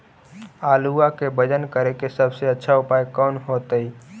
आलुआ के वजन करेके सबसे अच्छा उपाय कौन होतई?